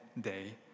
day